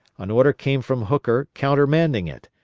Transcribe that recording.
an order came from hooker countermanding it,